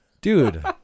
Dude